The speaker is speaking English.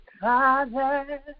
Father